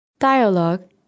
Dialogue